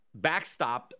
backstopped